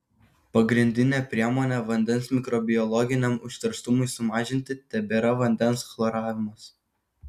pagrindinė priemonė vandens mikrobiologiniam užterštumui sumažinti tebėra vandens chloravimas